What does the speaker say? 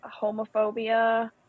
homophobia